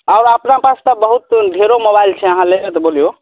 आब अपना पास सब बहुत ढेरो मोबाइल छै आहाँ लेबय तऽ बोलिऔ